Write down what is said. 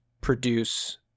produce